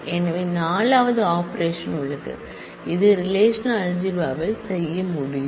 எனவே 4 வது ஆபரேஷன் உள்ளது இது ரெலேஷனல்அல்ஜிப்ரா ல் செய்ய முடியும்